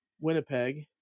Winnipeg